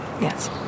Yes